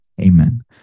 Amen